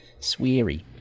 sweary